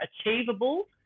achievable